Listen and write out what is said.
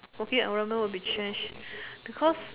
working environment will be changed because